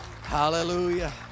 Hallelujah